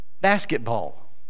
basketball